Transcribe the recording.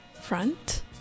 front